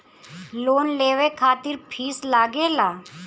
Loan लेवे खातिर fees लागेला?